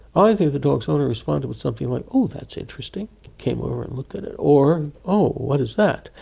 either the dog's owner responded with something like, oh, that's interesting came over and looked at it, or, oh, what is that?